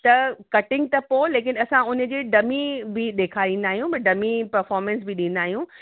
त कटिंग त पोइ लेकिनि असां हुनजे डम्मी बि ॾेखारींदा आहियूं भई डम्मी परफ़ॉमंस बि ॾींदा आहियूं